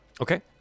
Okay